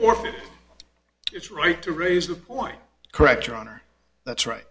orphan it's right to raise a point correct your honor that's right